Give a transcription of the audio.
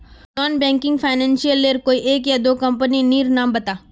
Non banking financial लेर कोई एक या दो कंपनी नीर नाम बता?